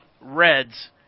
Reds